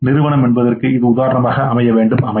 நிறுவனம் என்பதற்கு இது உதாரணமாக அமையும்